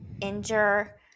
injure